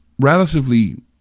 relatively